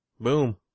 boom